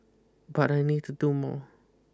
but I need to do more